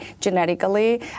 genetically